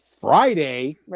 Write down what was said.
Friday